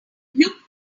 look